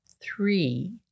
three